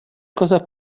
cosas